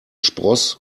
spross